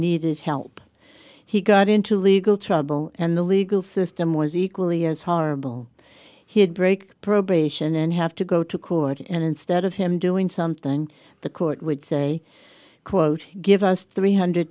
needed help he got into legal trouble and the legal system was equally as horrible he'd break probation and have to go to court and instead of him doing something the court would say quote give us three hundred